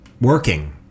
Working